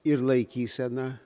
ir laikysena